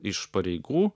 iš pareigų